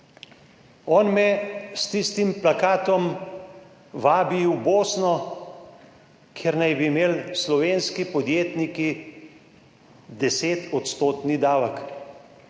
On me s tistim plakatom vabi v Bosno, kjer naj bi imeli slovenski podjetniki 10-odstotni davek.